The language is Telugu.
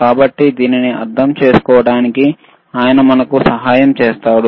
కాబట్టి దానిని అర్థం చేసుకోవడానికి ఆయన మనకు సహాయం చేస్తాడు